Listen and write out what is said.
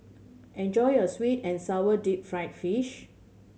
enjoy your sweet and sour deep fried fish